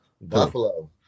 Buffalo